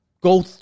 go